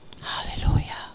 Hallelujah